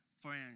friends